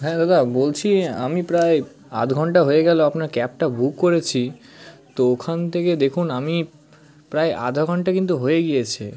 হ্যাঁ দাদা বলছি আমি প্রায় আধ ঘণ্টা হয়ে গেল আপনার ক্যাবটা বুক করেছি তো ওখান থেকে দেখুন আমি প্রায় আধা ঘণ্টা কিন্তু হয়ে গিয়েছে